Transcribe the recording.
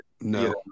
No